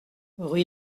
rue